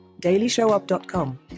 dailyshowup.com